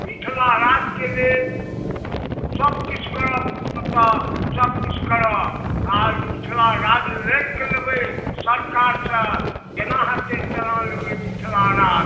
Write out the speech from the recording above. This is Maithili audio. मिथिलाराजके लेल सभकिछु करऽ पड़तऽ सबकिछु करऽ आइ मिथिलाराज लड़िकऽ लेबै सरकारसँ जेना हेतै तेना लेबै मिथिलाराज